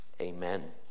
Amen